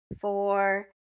four